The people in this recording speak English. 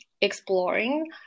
exploring